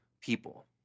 people